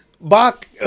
Bach